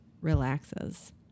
relaxes